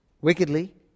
wickedly